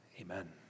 Amen